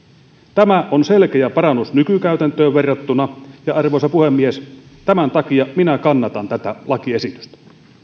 tämä on selkeä parannus nykykäytäntöön verrattuna ja arvoisa puhemies tämän takia minä kannatan tätä lakiesitystä